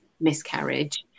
miscarriage